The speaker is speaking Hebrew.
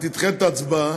שתדחה את ההצבעה,